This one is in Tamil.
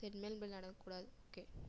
சரி இனிமேல் இப்படி நடக்ககூடாது ஓகே